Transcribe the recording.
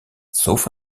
sauf